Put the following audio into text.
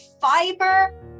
fiber